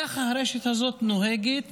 כך הרשת הזו נוהגת.